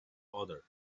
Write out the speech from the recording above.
other